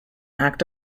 act